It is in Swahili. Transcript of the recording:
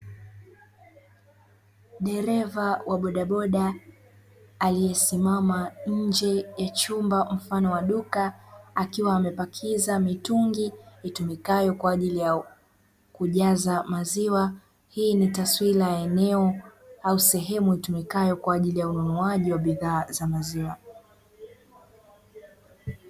Dereva wa bodaboda aliyesimama nje ya chumba mfano wa duka, akiwa amepakiza mitungi itumikayo kwa ajili ya kujaza maziwa. Hii ni taswira ya eneo au sehemu itumikayo kwa ajili ya ununuaji wa bidhaa za maziwa.